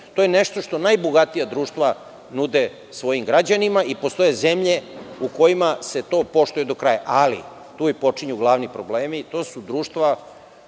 To je nešto što najbogatija društva nude svojim građanima i postoje zemlje u kojima se to poštuje do kraja. Ali, tu počinju glavni problemi. To su društva